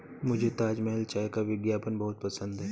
मुझे ताजमहल चाय का विज्ञापन बहुत पसंद है